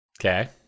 Okay